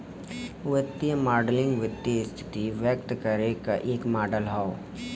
वित्तीय मॉडलिंग वित्तीय स्थिति व्यक्त करे क एक मॉडल हौ